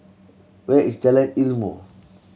where is Jalan Ilmu